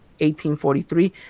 1843